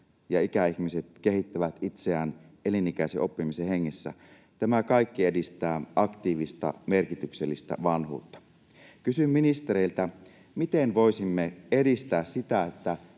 ja ikäihmiset kehittävät itseään elinikäisen oppimisen hengessä, tämä kaikki edistää aktiivista, merkityksellistä vanhuutta. Kysyn ministereiltä: miten voisimme edistää sitä,